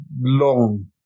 long